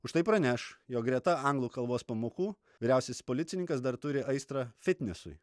už tai praneš jog greta anglų kalbos pamokų vyriausiasis policininkas dar turi aistrą fitnesui